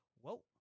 Whoa